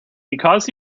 because